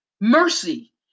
Mercy